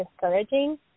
discouraging